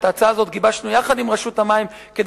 את ההצעה הזאת גיבשנו יחד עם רשות המים כדי